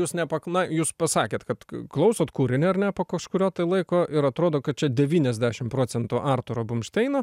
jūs nepak na jūs pasakėt kad klausot kūrinį ar ne po kažkurio tai laiko ir atrodo kad čia devyniasdešim procentų arturo bumšteino